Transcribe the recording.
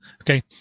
Okay